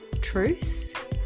truth